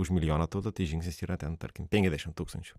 už milijoną turto tai žingsnis yra ten tarkim penkiasdešimt tūkstančių